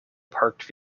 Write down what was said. parked